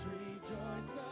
rejoice